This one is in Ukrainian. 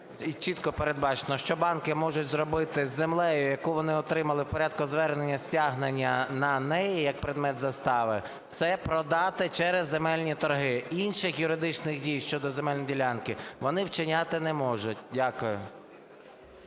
чітко передбачено, що банки можуть зробити з землею, яку вони отримали в порядку звернення і стягнення на неї як предмет застави, це продати через земельні торги. Інших юридичних дій щодо земельної ділянки вони вчиняти не можуть. Дякую.